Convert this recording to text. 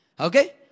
Okay